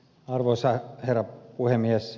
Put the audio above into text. arvoisa herra puhemies